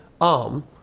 arm